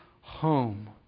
home